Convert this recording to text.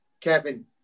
Kevin